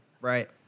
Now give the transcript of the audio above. Right